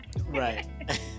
right